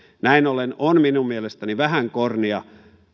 näin ollen on minun mielestäni vähän kornia